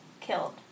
killed